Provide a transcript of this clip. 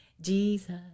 Jesus